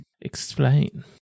Explain